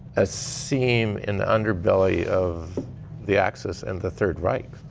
a seam in the underbelly of the axis and the third reich.